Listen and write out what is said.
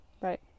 Right